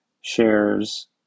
shares